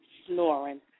snoring